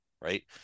Right